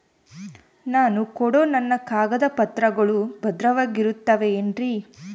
ನಾನು ಕೊಡೋ ನನ್ನ ಕಾಗದ ಪತ್ರಗಳು ಭದ್ರವಾಗಿರುತ್ತವೆ ಏನ್ರಿ?